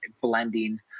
blending